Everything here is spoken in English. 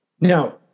Now